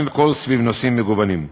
והכול סביב נושאים מגוונים.